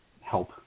help